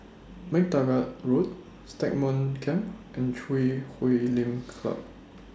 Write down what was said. MacTaggart Road Stagmont Camp and Chui Huay Lim Club